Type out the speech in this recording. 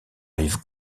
rive